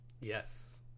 Yes